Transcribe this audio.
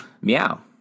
Meow